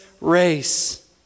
race